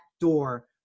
door